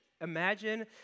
Imagine